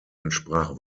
entsprach